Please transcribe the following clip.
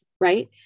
right